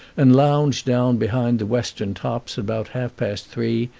and lounged down behind the western tops about half-past three,